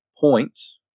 points